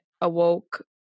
awoke